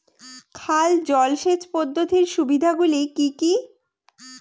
খাল জলসেচ পদ্ধতির সুবিধাগুলি কি কি?